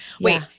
Wait